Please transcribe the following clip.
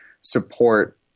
support